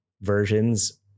versions